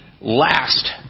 last